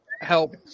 help